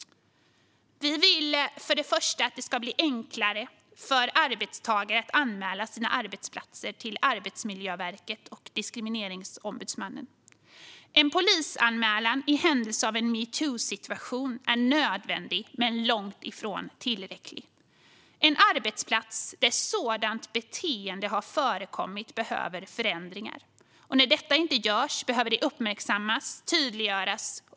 Vi vill för det första att det ska bli enklare för arbetstagare att anmäla sina arbetsplatser till Arbetsmiljöverket och Diskrimineringsombudsmannen. En polisanmälan i händelse av en metoo-situation är nödvändig men långt ifrån tillräcklig. En arbetsplats där sådant beteende har förekommit behöver förändringar. När inte detta sker behöver det uppmärksammas och tydliggöras.